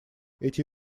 эти